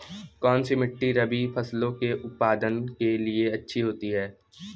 कौनसी मिट्टी रबी फसलों के उत्पादन के लिए अच्छी होती है?